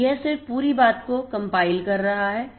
तो यह सिर्फ पूरी बात को कमपाइल कर रहा है